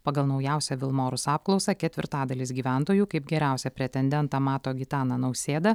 pagal naujausią vilmorus apklausą ketvirtadalis gyventojų kaip geriausią pretendentą mato gitaną nausėdą